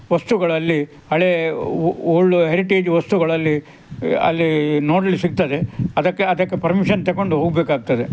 ವಸ್ತುಗಳಲ್ಲಿ ಹಳೆಯ old heritage ವಸ್ತುಗಳಲ್ಲಿ ಅಲ್ಲಿ ನೋಡ್ಲಿಕ್ಕೆ ಸಿಗ್ತದೆ ಅದಕ್ಕೆ ಅದಕ್ಕೆ ಪರ್ಮಿಷನ್ ತಗೊಂಡು ಹೋಗಬೇಕಾಗ್ತದೆ